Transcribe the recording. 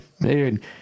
Dude